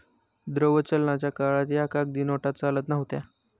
द्रव्य चलनाच्या काळात या कागदी नोटा चालत नव्हत्या